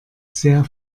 sehr